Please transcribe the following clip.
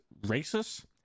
racist